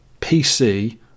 PC